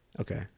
Okay